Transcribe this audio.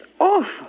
awful